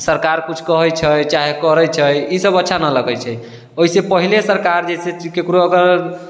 सरकार किछु कहैत छै चाहे करैत छै ई सभ अच्छा नहि लगैत छै ओहिसँ पहले सरकार जे छै ककरो अगर